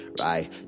right